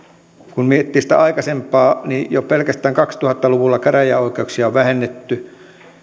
kun miettii sitä aikaisempaa niin jo pelkästään kaksituhatta luvulla käräjäoikeuksia on vähennetty